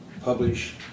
publish